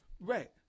Right